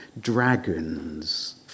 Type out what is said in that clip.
dragons